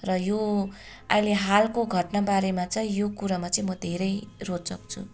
र यो अहिले हालको घटना बारेमा चाहिँ यो कुरामा चाहिँ म धेरै रोचक छु